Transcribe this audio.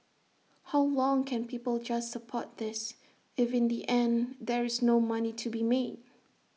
how long can people just support this if in the end there is no money to be made